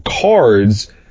cards